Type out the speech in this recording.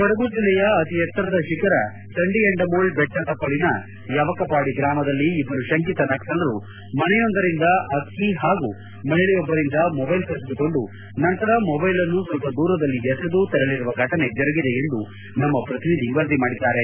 ಕೊಡಗು ಜಿಲ್ಲೆಯ ಅತಿ ಎತ್ತರದ ಶಿಖರ ತಡಿಯಂಡಮೋಳ್ ಬೆಟ್ಟ ತಪ್ಪಲಿನ ಯವಕಪಾಡಿ ಗ್ರಾಮದಲ್ಲಿ ಇಬ್ಬರು ಶಂಕಿತ ನಕ್ಷಲರು ಮನೆಯೊಂದರಿಂದ ಅಕ್ಕಿ ಹಾಗೂ ಮಹಿಳೆಯೊಬ್ಬರಿಂದ ಮೊಬೈಲ್ ಕಸಿದುಕೊಂಡು ನಂತರ ಮೊಬೈಲನ್ನು ಸ್ವಲ್ಪ ದೂರದಲ್ಲಿ ಎಸೆದು ತೆರಳಿರುವ ಘಟನೆ ಜರುಗಿದೆ ಎಂದು ನಮ್ಮ ಪ್ರತಿನಿಧಿ ವರದಿ ಮಾಡಿದ್ದಾರೆ